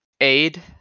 Aid